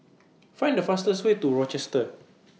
Find The fastest Way to The Rochester